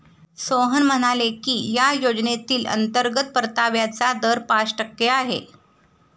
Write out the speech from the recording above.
सोहन म्हणाले की या योजनेतील अंतर्गत परताव्याचा दर पाच टक्के आहे